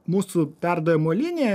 mūsų perdavimo linija